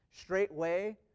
straightway